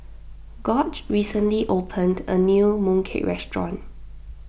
Gorge recently opened a new Mooncake restaurant